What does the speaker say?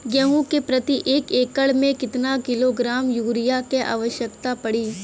गेहूँ के प्रति एक एकड़ में कितना किलोग्राम युरिया क आवश्यकता पड़ी?